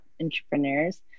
entrepreneurs